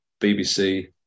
BBC